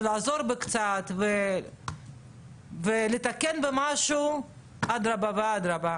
לעזור בקצת, לתקן במשהו - אדרבה ואדרבה.